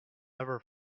ever